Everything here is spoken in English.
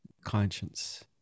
conscience